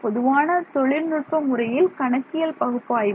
பொதுவான தொழில்நுட்ப முறையில் கணக்கியல் பகுப்பாய்வு